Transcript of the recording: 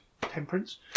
temperance